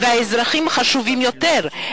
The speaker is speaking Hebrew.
והאזרחים חשובים יותר.